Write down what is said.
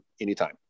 anytime